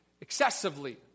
excessively